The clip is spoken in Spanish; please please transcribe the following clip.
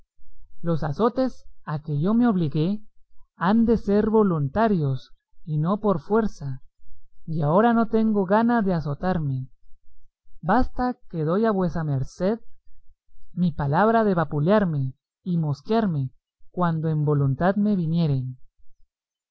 los azotes a que yo me obligué han de ser voluntarios y no por fuerza y ahora no tengo gana de azotarme basta que doy a vuesa merced mi palabra de vapularme y mosquearme cuando en voluntad me viniere